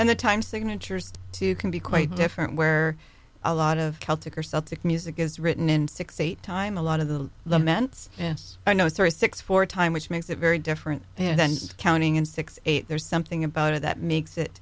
and the time signatures two can be quite different where a lot of celtic or celtic music is written in six eight time a lot of the laments yes i know it's three six four time which makes it very different and counting in six eight there's something about it that makes it